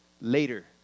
later